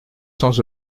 sans